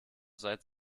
seit